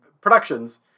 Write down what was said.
productions